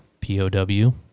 POW